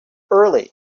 early